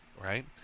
Right